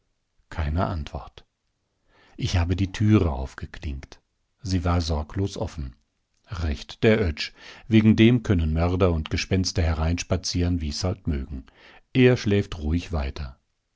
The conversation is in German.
keine antwort ich habe die türe aufgeklinkt sie war sorglos offen recht der oetsch wegen dem können mörder und gespenster hereinspazieren wie's halt mögen er schläft ruhig weiter